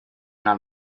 not